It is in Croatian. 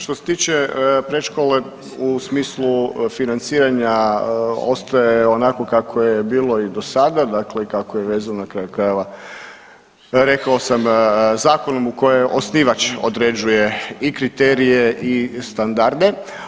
Što se tiče predškole u smislu financiranja ostaje onako kako je bilo i do sada, dakle kako je vezano na kraju krajeva rekao sam zakonom u kojem osnivač određuje i kriterije i standarde.